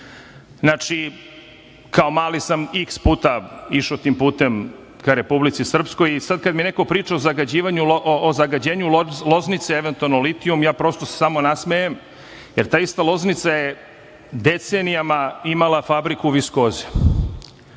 Loznice. Kao mali sam iks puta išao tim putem ka Republici Srpskoj i sada kada mi neko priča o zagađenju Loznice eventualno litijumom ja se prosto samo nasmejem, jer ta ista Loznica je decenijama imala fabriku viskoze